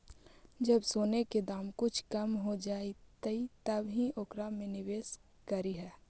जब सोने के दाम कुछ कम हो जइतइ तब ही ओकरा में निवेश करियह